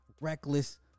reckless